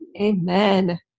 Amen